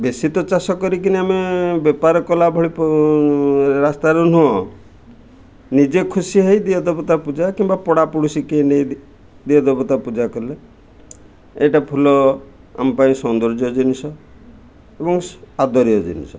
ବେଶୀ ତ ଚାଷ କରିକିନି ଆମେ ବେପାର କଲା ଭଳି ରାସ୍ତାରୁ ନୁହଁ ନିଜେ ଖୁସି ହେଇ ଦିଅଁ ଦେବତା ପୂଜା କିମ୍ବା ପଡ଼ା ପଡ଼ୋଶୀ କେହି ନେଇ ଦିଅଁ ଦେବତା ପୂଜା କଲେ ଏଇଟା ଫୁଲ ଆମ ପାଇଁ ସୌନ୍ଦର୍ଯ୍ୟ ଜିନିଷ ଏବଂ ଆଦରନୀୟ ଜିନିଷ